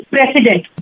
President